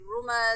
rumors